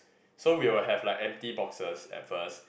so we will have like empty boxes at first